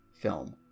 film